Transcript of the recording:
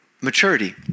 maturity